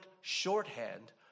shorthand